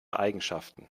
eigenschaften